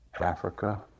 Africa